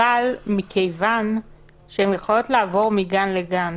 אבל מכיוון שהן יכולות לעבור מגן לגן